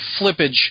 flippage